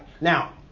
Now